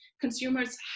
Consumers